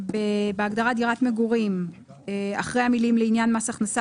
בהגדרה דירת מגורים אחרי המילים לעניין מס הכנסה